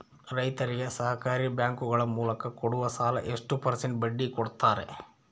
ರೈತರಿಗೆ ಸಹಕಾರಿ ಬ್ಯಾಂಕುಗಳ ಮೂಲಕ ಕೊಡುವ ಸಾಲ ಎಷ್ಟು ಪರ್ಸೆಂಟ್ ಬಡ್ಡಿ ಕೊಡುತ್ತಾರೆ?